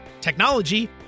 technology